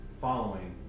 following